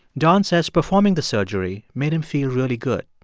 don says performing the surgery made him feel really good.